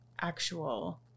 actual